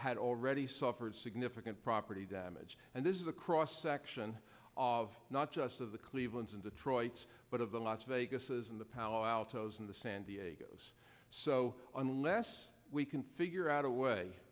had already suffered significant property damage and this is a cross section of not just of the cleveland's in detroit's but of the las vegas's in the palo alto as in the san diego's so unless we can figure out a way